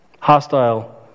Hostile